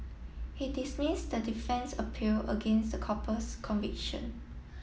he dismissed the defence appeal against the couple's conviction